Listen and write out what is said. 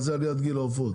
מה זה עליית גיל העופות?